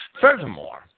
Furthermore